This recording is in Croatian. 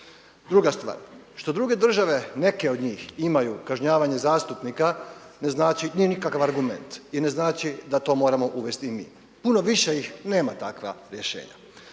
Druga stvar što druge države neke od njih imaju kažnjavanje zastupnika ne znači, nije nikakav argument i ne znači da to moramo uvesti i mi. Puno više ih nema takva rješenja.